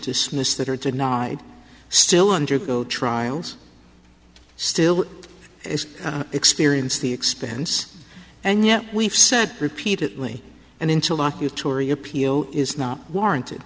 dismiss that are denied still undergo trials still it is experience the expense and yet we've said repeatedly and into law a tory appeal is not warranted